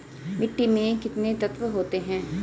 मिट्टी में कितने तत्व होते हैं?